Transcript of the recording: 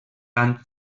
tant